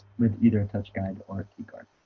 with either touch guide our key guard